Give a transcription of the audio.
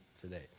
today